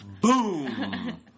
Boom